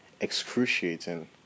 excruciating